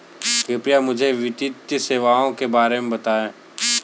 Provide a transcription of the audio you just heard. कृपया मुझे वित्तीय सेवाओं के बारे में बताएँ?